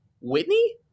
Whitney